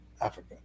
Africa